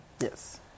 Yes